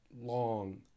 long